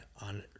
on